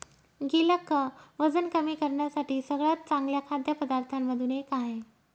गिलक वजन कमी करण्यासाठी सगळ्यात चांगल्या खाद्य पदार्थांमधून एक आहे